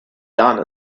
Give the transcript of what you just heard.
done